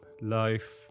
Life